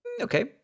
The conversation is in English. Okay